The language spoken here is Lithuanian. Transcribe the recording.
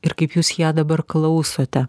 ir kaip jūs ją dabar klausote